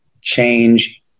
change